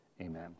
Amen